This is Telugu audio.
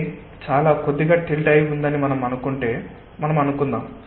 ఇది చాలా కొద్దిగా టిల్ట్ అయి ఉందని మనం అనుకుందాం